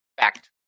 fact